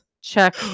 check